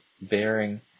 bearing